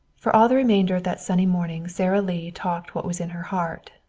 for all the remainder of that sunny morning sara lee talked what was in her heart.